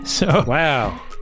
Wow